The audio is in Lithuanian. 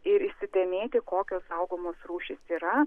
ir įsidėmėti kokios saugomos rūšys yra